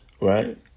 Right